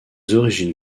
origines